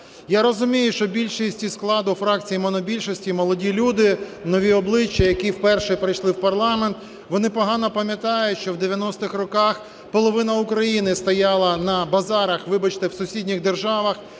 Я розумію, що більшість із складу фракції монобільшості – молоді люди, нові обличчя, які вперше прийшли у парламент. Вони погано пам'ятають, що у 90-х роках половина України стояла на базарах, вибачте, в сусідніх державах,